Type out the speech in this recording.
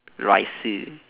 rice